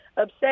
upset